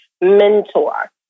mentor